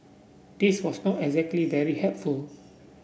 this was not exactly very helpful